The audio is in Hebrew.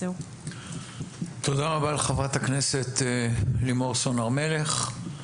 תודה רבה לחברת הכנסת לימור סון הר מלך.